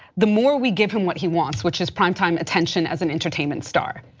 the more we give him what he wants, which is primetime attention as an entertainment star.